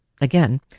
again